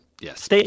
Yes